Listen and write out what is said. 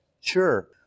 Sure